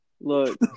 look